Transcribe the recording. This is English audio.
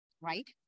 right